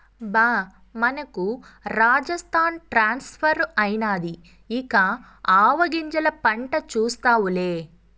బా మనకు రాజస్థాన్ ట్రాన్స్ఫర్ అయినాది ఇక ఆవాగింజల పంట చూస్తావులే